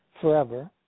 forever